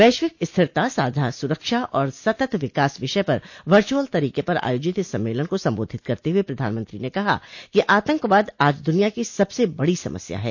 वैश्विक स्थिरता साझा सुरक्षा और सतत विकास विषय पर वर्चुअल तरीके पर आयोजित इस सम्मेलन को संबोधित करते हुए प्रधानमंत्री ने कहा कि आतंकवाद आज दुनिया की सबसे बड़ी समस्या है